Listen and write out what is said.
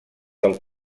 del